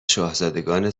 شاهزادگان